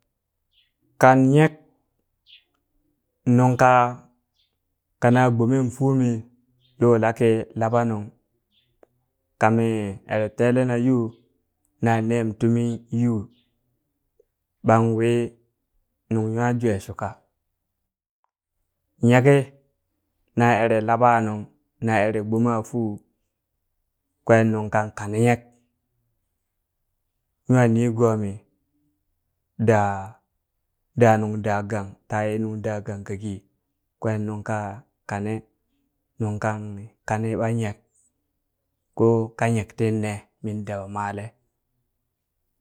Kan nyek nunka kana gbomem fumi lola kin laɓa nung kami ere telena yu na nem tumin yu ɓan wi nung nwa jwe shuka nyeki na ere laɓa nung na ere gboma fu kwen nung kan kane nyek nwa nigomi da da nung dagang taye nung dagang kaki kwen nung ka kane nunka kane ɓa nyek ko ka nyek tinne min daba male.